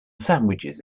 sandwiches